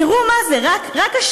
תראו מה זה, רק השנה,